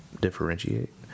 differentiate